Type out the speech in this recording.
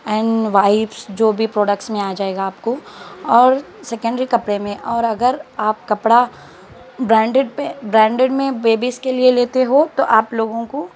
and vibes جو بھی products میں آ جائے گا آپ کو اور سیکنڈری کپڑے میں اور اگر آپ کپڑا برانڈیڈ پہ برانڈیڈ میں بیبیز کے لیے لیتے ہو تو آپ لوگوں کو